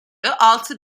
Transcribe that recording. altı